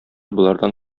болардан